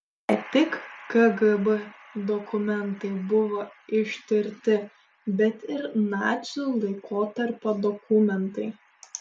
ne tik kgb dokumentai buvo ištirti bet ir nacių laikotarpio dokumentai